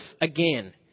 again